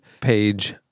page